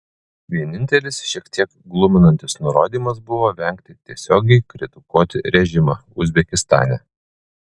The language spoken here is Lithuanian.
vienintelis šiek tiek gluminantis nurodymas buvo vengti tiesiogiai kritikuoti režimą uzbekistane